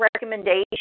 recommendation